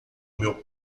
meu